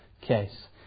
case